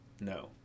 No